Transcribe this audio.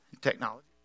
Technology